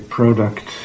product